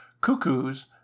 cuckoos